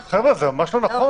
חבר'ה, זה ממש לא נכון.